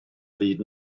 fyd